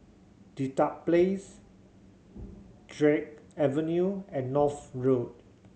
Dedap Place Drake Avenue and North Road